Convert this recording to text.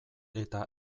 eta